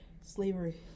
Slavery